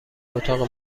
اتاق